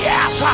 Yes